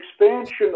expansion